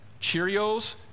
Cheerios